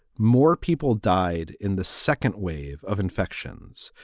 more people died in the second wave of infections,